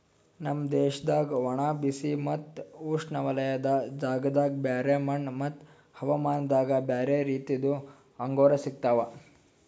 ನಮ್ ದೇಶದಾಗ್ ಒಣ, ಬಿಸಿ ಮತ್ತ ಉಷ್ಣವಲಯದ ಜಾಗದಾಗ್ ಬ್ಯಾರೆ ಮಣ್ಣ ಮತ್ತ ಹವಾಮಾನದಾಗ್ ಬ್ಯಾರೆ ರೀತಿದು ಅಂಗೂರ್ ಸಿಗ್ತವ್